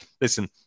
listen